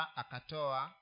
akatoa